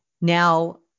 Now